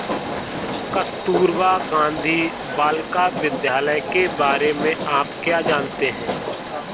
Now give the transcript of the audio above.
कस्तूरबा गांधी बालिका विद्यालय के बारे में आप क्या जानते हैं?